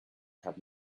have